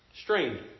strained